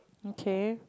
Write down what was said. okay